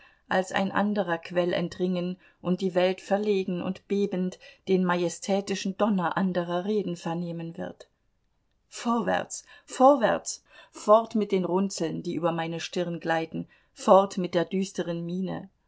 als ein anderer quell entringen und die welt verlegen und bebend den majestätischen donner anderer reden vernehmen wird vorwärts vorwärts fort mit den runzeln die über meine stirne gleiten fort mit der düsteren miene